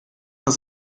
das